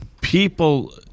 People